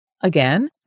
Again